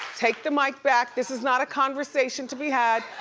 take the mic back. this is not a conversation to be had.